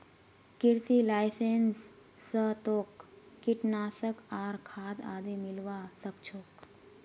कृषि लाइसेंस स तोक कीटनाशक आर खाद आदि मिलवा सख छोक